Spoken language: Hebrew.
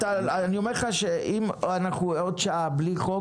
אני אומר לך שאם עוד שעה אנחנו בלי חוק,